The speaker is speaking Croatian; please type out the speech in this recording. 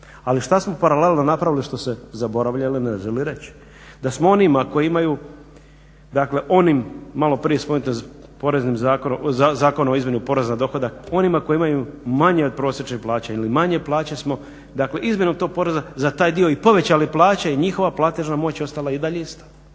ali što smo paralelno napravili što se zaboravlja ili ne želi reći, da smo onima koji imaju dakle onim malo prije spomenutim Zakon o izmjeni poreza na dohodak onima koji imaju manje od prosječne plaće ili manje plaće smo dakle izmjenom tog poreza za taj dio i povećali plaće i njihova platežna moć je i dalje ostala